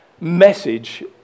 message